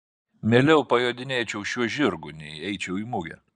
mieliau pajodinėčiau šiuo žirgu nei eičiau į mugę